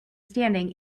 standing